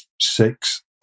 six